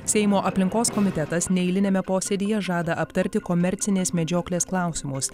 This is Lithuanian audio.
seimo aplinkos komitetas neeiliniame posėdyje žada aptarti komercinės medžioklės klausimus